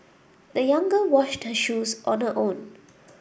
the young girl washed her shoes on her own